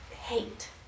Hate